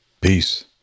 Peace